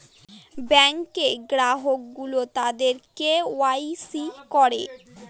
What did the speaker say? ব্যাঙ্কে গ্রাহক গুলো তাদের কে ওয়াই সি করে